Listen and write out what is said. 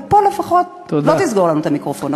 ופה לפחות לא תסגור לנו את המיקרופון,